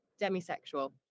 demisexual